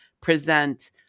present